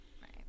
right